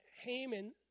Haman